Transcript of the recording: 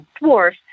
dwarf